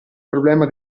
problema